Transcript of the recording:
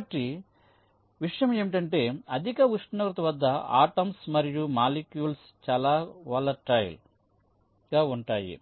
కాబట్టి విషయం ఏమిటంటే అధిక ఉష్ణోగ్రతల వద్ద ఆటమ్స్ మరియు మాలిక్యూల్స్ చాలా వోలటైల్ గా ఉంటాయి